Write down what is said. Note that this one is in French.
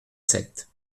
sept